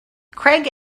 craig